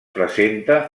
presenta